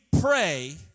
pray